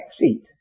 seat